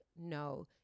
no